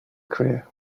career